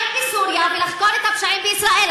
לחקור את הפשעים בסוריה ולחקור את הפשעים בישראל.